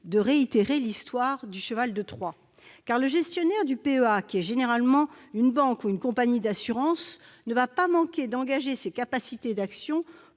de réitérer l'histoire du cheval de Troie. En effet, le gestionnaire du PEA, qui est généralement une banque ou une compagnie d'assurance, ne manquera pas d'engager ses capacités d'action